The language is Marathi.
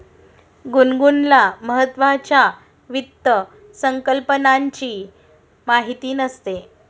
गुनगुनला महत्त्वाच्या वित्त संकल्पनांची माहिती नसते